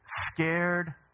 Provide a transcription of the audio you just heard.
scared